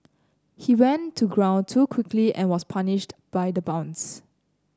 he went to ground too quickly and was punished by the bounce